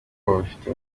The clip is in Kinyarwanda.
babifata